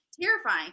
terrifying